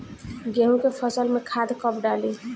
गेहूं के फसल में खाद कब डाली?